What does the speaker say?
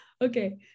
Okay